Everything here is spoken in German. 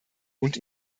und